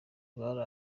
bari